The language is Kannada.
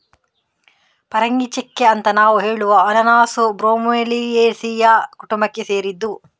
ಪರಂಗಿಚೆಕ್ಕೆ ಅಂತ ನಾವು ಹೇಳುವ ಅನನಾಸು ಬ್ರೋಮೆಲಿಯೇಸಿಯ ಕುಟುಂಬಕ್ಕೆ ಸೇರಿದ್ದು